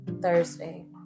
Thursday